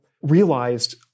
realized